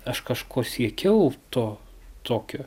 aš kažko siekiau to tokio